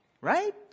Right